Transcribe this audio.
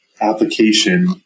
application